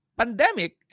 pandemic